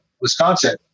Wisconsin